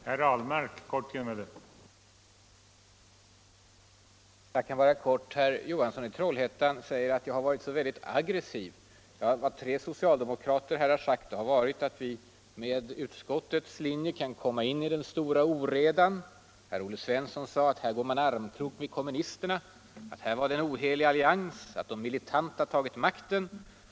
Herr talman! Jag kan fatta mig kort. Herr Johansson i Trollhättan säger att jag har varit aggressiv. Här har han själv sagt att vi med utskottets linje kan komma in ”i den stora oredan.” Herr Svensson i Eskilstuna påstod att här går man i ”armkrok med kommunisterna”, att det var en ”ohelig allians”, att ”de militanta tagit makten”.